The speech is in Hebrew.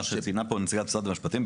מה שציינה פה נציגת משרד המשפטים,